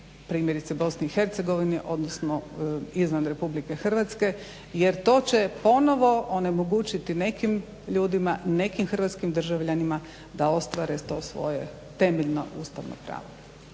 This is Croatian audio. primjerice u BiH odnosno izvan RH jer to će ponovno onemogućiti nekim ljudima, nekim hrvatskim državljanima da ostvare to svoje temeljno ustavno pravo.